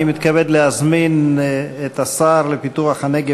אני מתכבד להזמין את השר לפיתוח הנגב